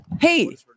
hey